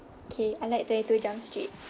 okay I like twenty-two jump street